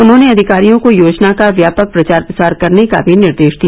उन्होंने अधिकारियों को योजना का व्यापक प्रचार प्रसार करने का भी निर्देश दिया